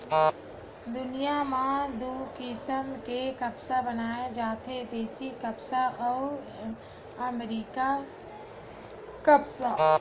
दुनिया म दू किसम के कपसा पाए जाथे देसी कपसा अउ अमेरिकन कपसा